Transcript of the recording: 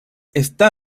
está